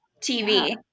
tv